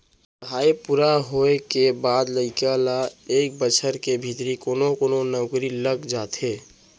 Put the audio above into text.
पड़हई पूरा होए के बाद लइका ल एक बछर के भीतरी कोनो कोनो नउकरी लग जाथे